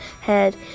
head